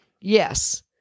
Yes